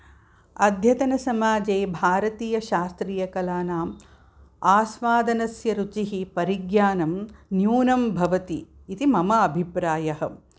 अद्यतनसमाजे भारतीयशास्त्रीयकलानां आस्वादनस्य रुचिः परिज्ञानं न्यूनं भवति इति मम अभिप्रायः